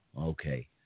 okay